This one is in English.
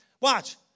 Watch